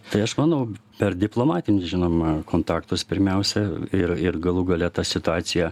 tai aš manau per diplomatinius žinoma kontaktus pirmiausia ir ir galų gale ta situacija